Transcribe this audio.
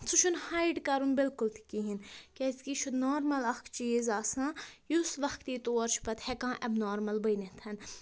سُہ چھُنہٕ ہایِڈ کَرُن بِلکُل تہِ کِہیٖنۍ کیٛازِ کہِ یہِ چھُ نارمَل اکھ چیٖز آسان یُس وَقتی طور چھُ پَتہٕ ہٮ۪کان اٮ۪بنارمَل بٔنِتھ